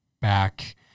back